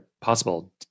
possible